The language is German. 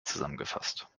zusammengefasst